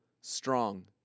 strong